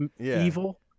evil